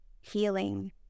healing